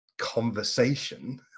conversation